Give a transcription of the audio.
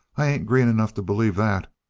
i ain't green enough to believe that!